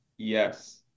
Yes